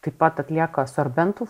taip pat atlieka sorbentų